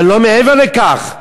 אבל לא מעבר לכך.